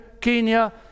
Kenya